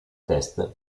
test